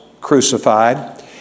crucified